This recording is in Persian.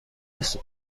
نیست